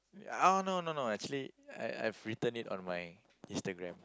oh no no no actually I I've written it on my Instagram